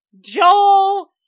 Joel